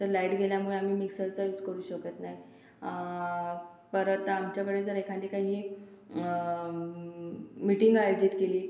तर लाईट गेल्यामुळे आम्ही मिक्सरचा यूज करू शकत नाही परत आमच्याकडे जर एखादी काही मीटिंग आयोजित केली